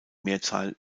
mehrzahl